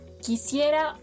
Quisiera